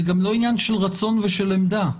זה גם לא עניין של רצון ושל עמדה.